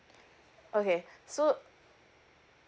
okay so